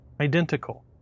identical